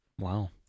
Wow